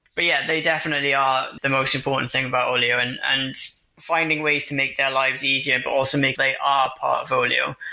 but yeah, they definitely are the most important thing about olio, and and finding ways to make their lives easier, but also make they are ah of olio.